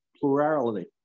plurality